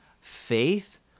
faith